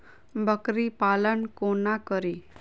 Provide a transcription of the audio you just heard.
बकरी पालन कोना करि?